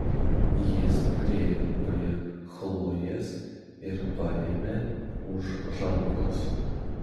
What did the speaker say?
jis priėjo prie chlojės ir paėmė už rankos